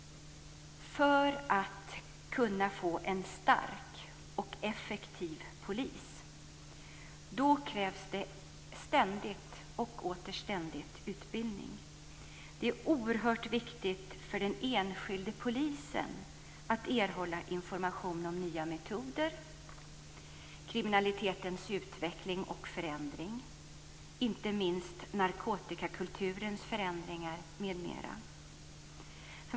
För att man ska kunna få en stark och effektiv polis krävs det ständig utbildning. Det är oerhört viktigt för den enskilde polisen att erhålla information om nya metoder, om kriminalitetens utveckling och förändring, inte minst narkotikakulturens förändringar, m.m.